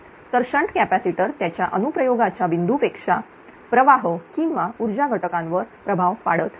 तर shunt capacitor त्याच्या अनु प्रयोगाच्या बिंदू पेक्षा प्रवाह किंवा ऊर्जा घटकावर प्रभाव पाडत नाही